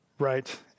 Right